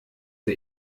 der